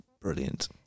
brilliant